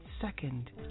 second